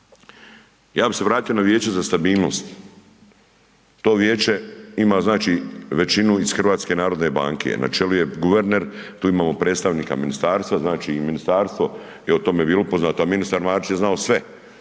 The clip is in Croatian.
Ja bi se vratio na vijeće za stabilnost, to vijeće ima, znači, većinu iz HNB-a, na čelu je guverner, tu imamo predstavnika ministarstva, znači i ministarstvo je o tome bilo upoznato, a ministar Marić je znao sve,